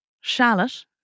Charlotte